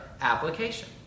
application